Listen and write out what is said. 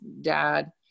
dad